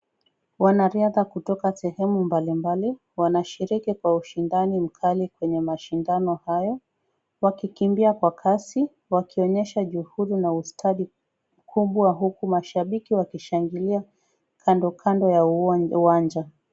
Wanaridha kutoka sehemu mbalimbali wanashiriki kwa ushindani mkali kwenye mashindano hayo wakikimbia kwa kasi wakionyesha juhudi na ustadi mkubwa huku mashabiki wakishangilia kando kando ya huo uwanja.